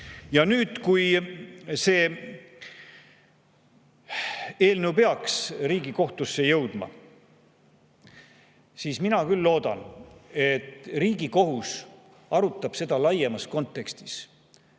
Nüüd, kui see eelnõu peaks Riigikohtusse jõudma, siis mina küll loodan, et Riigikohus arutab seda laiemas kontekstis